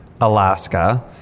Alaska